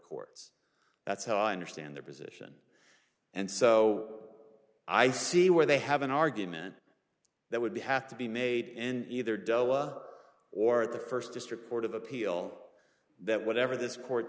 courts that's how i understand their position and so i see where they have an argument that would be have to be made in either doa or the first district court of appeal that whatever this court